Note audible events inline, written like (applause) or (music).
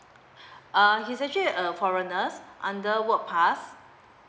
(breath) uh he's actually a foreigners under work pass